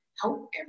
help